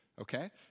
Okay